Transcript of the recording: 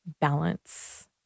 balance